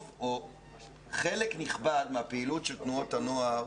חלק נכבד מהפעילות של תנועות הנוער